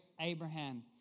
Abraham